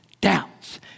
doubts